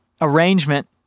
arrangement